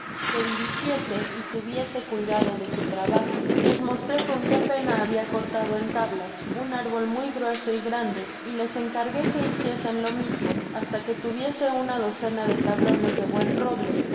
que dirigiese y tuviese cuidado de su trabajo les mostré con qué pena babia corlado en tablas un árbol muy grueso y grande y les encargué que hiciesen lo mismo hasta que tuviese uaa docena de tablones de buen roble de